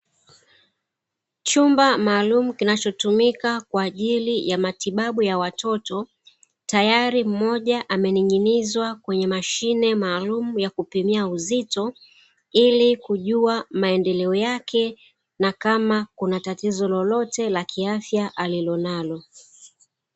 Chumba maalumu kinachotumika kwa ajili ya matibabu ya watoto, tayari mmoja amening’inizwa kwenye mashine maalumu ya kupimia uzito, ili kujua maendeleo yake, na kama kuna tatizo lolote la kiafya alilonalo.